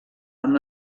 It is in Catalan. amb